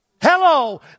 Hello